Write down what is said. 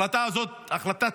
ההחלטה הזאת צודקת,